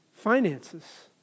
finances